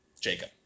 Jacob